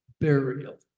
burial